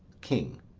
king.